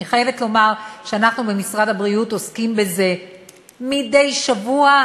אני חייבת לומר שאנחנו במשרד הבריאות עוסקים בזה מדי שבוע,